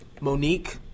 Monique